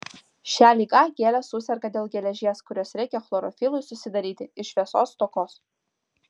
šia liga gėlės suserga dėl geležies kurios reikia chlorofilui susidaryti ir šviesos stokos